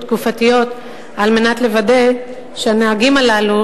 על מנת לוודא שהנהגים הללו,